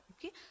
Okay